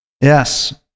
yes